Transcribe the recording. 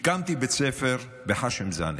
הקמתי בית ספר בח'שם זנה.